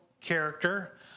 character